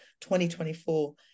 2024